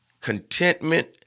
contentment